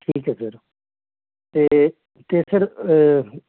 ਠੀਕ ਹੈ ਸਰ ਅਤੇ ਅਤੇ ਸਰ